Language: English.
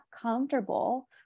comfortable